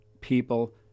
people